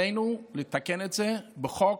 עלינו לתקן את זה בחוק,